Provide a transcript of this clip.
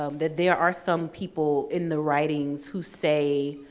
um that there are some people in the writings who say.